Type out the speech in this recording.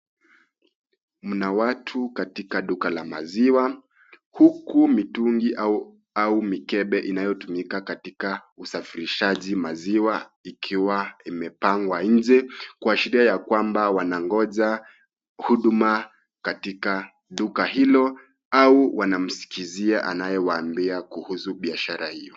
Mna watu kadika duka la maziwa huku mitungi au mikebe inayotumika katika usafirishaji maziwa ikiwa imepangwa nje kuashiria ya kwamba wanangoja huduma katika duka hilo au wanamsikizia anayweaambia kuhusu biashara hiyo.